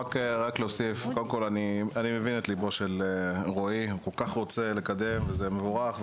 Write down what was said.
רק להוסיף: אני מבין ללבו של רועי הוא רוצה כל כך לקדם וזה מוערך,